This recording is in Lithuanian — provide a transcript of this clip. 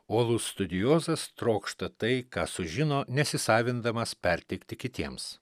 uolus studijuozas trokšta tai ką sužino nesisavindamas perteikti kitiems